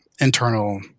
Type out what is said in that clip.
internal